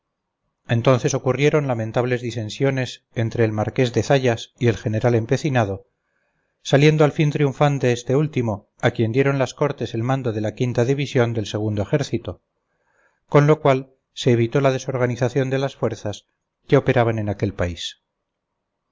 entonces ocurrieron lamentables disensiones entre el marqués de zayas y el general empecinado saliendo al fin triunfante este último a quien dieron las cortes el mando de la quinta división del segundo ejército con lo cual se evitó la desorganización de las fuerzas que operaban en aquel país